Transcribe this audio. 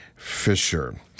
Fisher